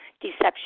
deception